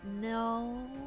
No